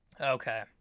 Okay